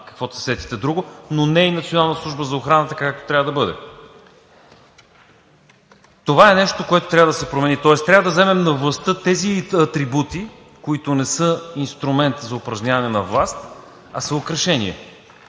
каквото се сетите друго, но не и Национална служба за охрана така, както трябва да бъде. Това е нещо, което трябва да се промени, тоест трябва да вземем на властта тези атрибути, които не са инструмент за упражняване на власт, а са украшение.